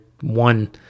one